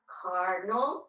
cardinal